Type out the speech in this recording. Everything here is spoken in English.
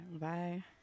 Bye